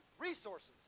resources